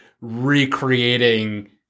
recreating